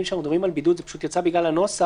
שאנחנו מדברים על בידוד זה יצא בגלל הנוסח